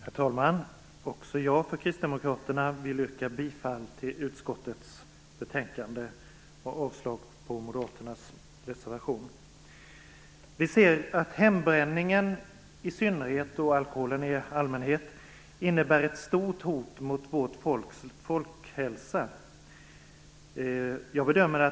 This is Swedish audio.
Herr talman! Också jag från kristdemokraterna vill yrka bifall till utskottets hemställan i betänkandet och avslag på moderaternas motion. Vi anser att alkoholen i allmänhet och hembränningen i synnerhet innebär ett stort hot mot vårt folks hälsa.